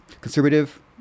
conservative